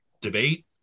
debate